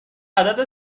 عدد